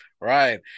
right